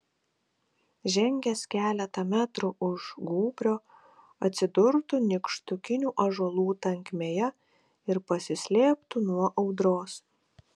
žengęs keletą metrų už gūbrio atsidurtų nykštukinių ąžuolų tankmėje ir pasislėptų nuo audros